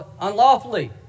unlawfully